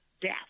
death